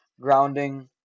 grounding